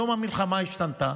היום המלחמה השתנתה.